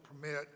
permit